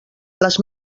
les